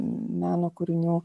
meno kūrinių